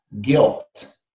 guilt